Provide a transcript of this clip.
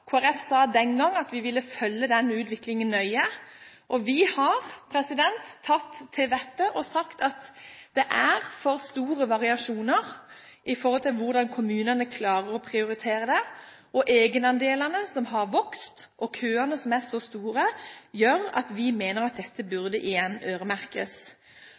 Håbrekke sa – Kristelig Folkeparti sa den gangen at vi ville følge den utviklingen nøye. Vi har tatt til vettet og sagt at det er for store variasjoner i forhold til hvordan kommunene klarer å prioritere. Egenandelene som har vokst, og køene som er så store, gjør at vi mener at dette igjen bør øremerkes.